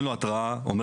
-- ואומר לו: אדוני,